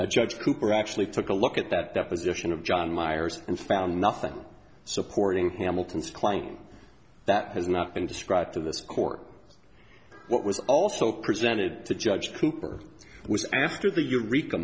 now judge cooper actually took a look at that deposition of john myers and found nothing supporting hamilton's claim that has not been described to this court what was also presented to judge cooper was after the